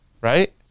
right